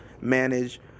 manage